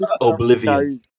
Oblivion